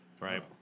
right